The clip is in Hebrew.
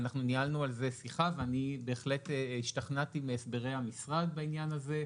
ואנחנו ניהלנו על זה שיחה ואני בהחלט השתכנעתי מהסברי המשרד בעניין הזה.